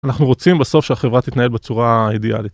אנחנו רוצים בסוף שהחברה תתנהל בצורה אידיאלית.